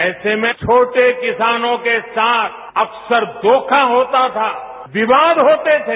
ऐसे में छोटे किसानों के साथ अक्सर धोखा होता था विवाद होते थे